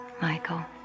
Michael